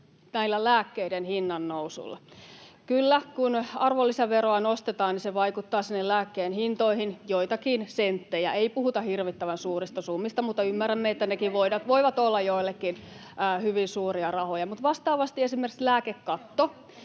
lääkkeiden hinnannousuilla. Kyllä, kun arvonlisäveroa nostetaan, niin se vaikuttaa sinne lääkkeen hintoihin joitakin senttejä. Ei puhuta hirvittävän suurista summista, mutta ymmärrän, että nekin voivat olla joillekin hyvin suuria rahoja. [Krista Kiuru: